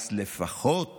אז לפחות